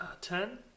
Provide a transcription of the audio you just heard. ten